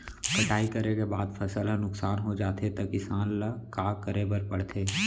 कटाई करे के बाद फसल ह नुकसान हो जाथे त किसान ल का करे बर पढ़थे?